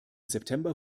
september